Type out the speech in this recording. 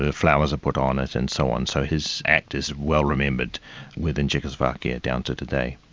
ah flowers are put on it and so on. so his act is well remembered within czechoslovakia, down to today.